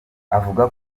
avuga